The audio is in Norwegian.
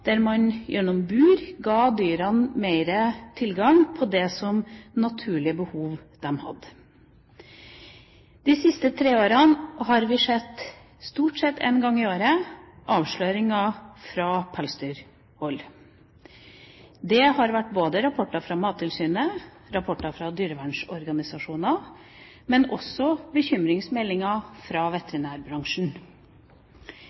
der man gjennom bur ga dyrene mer tilgang på de naturlige behov de hadde. De siste tre årene har vi stort sett én gang i året sett avsløringer fra pelsdyrhold. Det har vært rapporter både fra Mattilsynet, rapporter fra dyrevernorganisasjoner og også bekymringsmeldinger fra